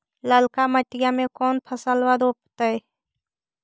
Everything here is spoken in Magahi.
ललका मटीया मे कोन फलबा रोपयतय?